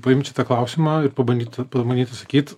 paimt šitą klausimą ir pabandyt pabandyt atsakyt